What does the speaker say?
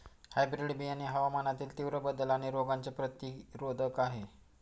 hybrid बियाणे हवामानातील तीव्र बदल आणि रोगांचे प्रतिरोधक आहे